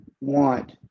want